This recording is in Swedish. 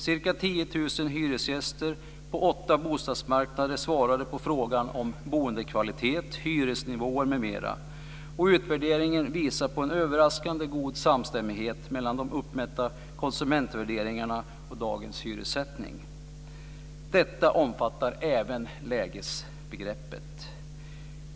Ca 10 000 hyresgäster på åtta bostadsmarknader svarade på frågan om boendekvalitet, hyresnivåer m.m. Utvärderingen visar på en överraskande god samstämmighet mellan de uppmätta konsumentvärderingarna och dagens hyressättning. Detta omfattar även lägesbegreppet.